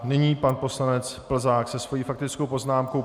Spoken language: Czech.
Nyní pan poslanec Plzák se svou faktickou poznámkou.